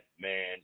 Man